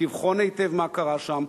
תבחן היטב מה קרה שם,